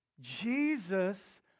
Jesus